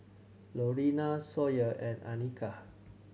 Lorena Sawyer and Annika